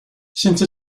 since